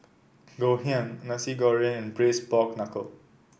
Ngoh Hiang Nasi Goreng and Braised Pork Knuckle